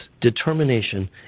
determination